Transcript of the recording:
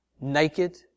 naked